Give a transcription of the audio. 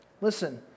Listen